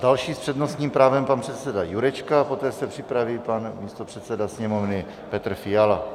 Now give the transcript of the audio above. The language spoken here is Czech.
Další s přednostním právem, pan předseda Jurečka, poté se připraví pan místopředseda Sněmovny Petr Fiala.